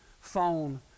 phone